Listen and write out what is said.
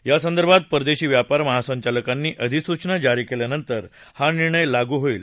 या संदर्भात परदेशी व्यापार महासंचालकांनी अधिसूचना जारी केल्यानंतर हा निर्णय लागू होईल